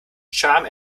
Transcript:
charm